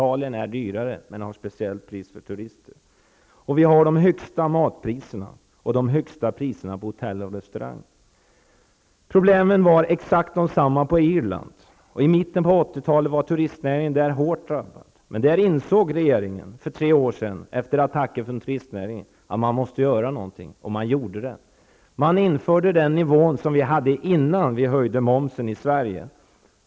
Italien har högre priser men där har man speciellt pris för turister. Och vi har de högsta matpriserna, de högsta priserna på hotell och restaurang. Problemen var exakt desamma i Irland. I mitten av 80-talet var turistnäringen där hårt drabbad. Men där insåg regeringen för tre år sedan, efter attacker från turistnäringen, att man måste göra någonting, och det gjorde man. Där infördes den nivå som vi hade innan vi höjde momsen.